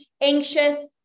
anxious